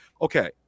Okay